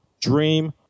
dream